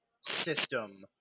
system